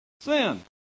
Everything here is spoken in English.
Sin